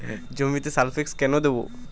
জমিতে সালফেক্স কেন দেবো?